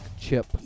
chip